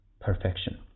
perfection